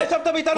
חבר הכנסת כץ.